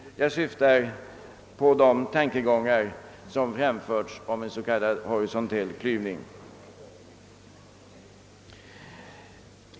Jag syftar här på de tankegångar som framförts om en s.k. horisontell klyvning.